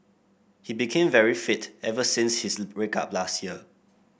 he became very fit ever since his break up last year